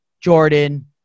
Jordan